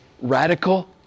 radical